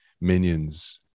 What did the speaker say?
minions